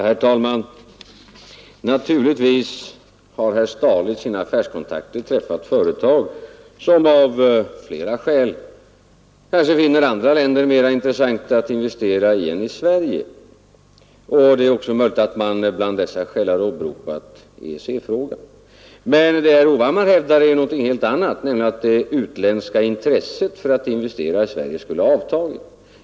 Herr talman! Naturligtvis har herr Stahle vid sina affärskontakter träffat på företag som av flera skäl kan finna andra länder mera intressanta att investera i än Sverige, och det är också möjligt att man bland dessa skäl har åberopat EEC-frågan. Men det herr Hovhammar hävdar är någonting helt annat, nämligen att det utländska intresset för att investera i Sverige skulle ha avtagit.